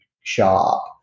shop